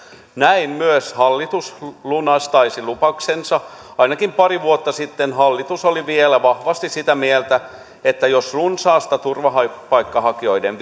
näin myös hallitus lunastaisi lupauksensa ainakin pari vuotta sitten hallitus oli vielä vahvasti sitä mieltä että jos runsasta turvapaikanhakijoiden